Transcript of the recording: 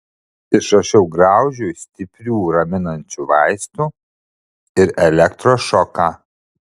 išrašiau graužui stiprių raminančių vaistų ir elektros šoką